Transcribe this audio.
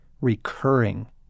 recurring